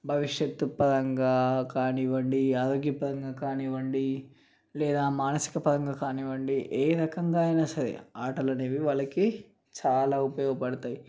భవిష్యత్తు పరంగా కానివ్వండి ఆరోగ్యపరంగా కానివ్వండి లేదా మానసిక పరంగా కానివ్వండి ఏ రకంగా అయినా సరే ఆటలు అనేవి వాళ్ళకి చాలా ఉపయోగపడతాయి